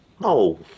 No